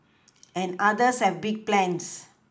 and others have big plans